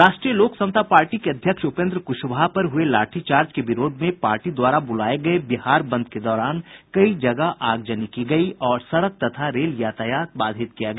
राष्ट्रीय लोक समता पार्टी के अध्यक्ष उपेन्द्र क्शवाहा पर हुए लाठीचार्ज के विरोध में पार्टी द्वारा बुलाये गये बिहार बंद के दौरान कई जगह आगजनी की गयी और सड़क तथा रेल यातायात बाधित किया गया